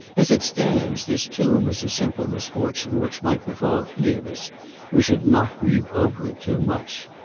as it stands, this tomb is a simple misfortune which might befall any of us we should not grieve over it too much.